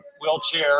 Wheelchair